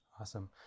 Awesome